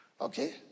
Okay